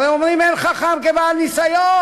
הרי אומרים: אין חכם כבעל ניסיון,